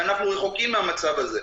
אנחנו רחוקים מהמצב הזה.